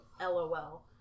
LOL